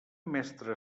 mestre